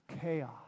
chaos